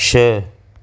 शइ